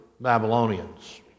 Babylonians